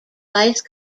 vice